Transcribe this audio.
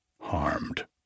harmed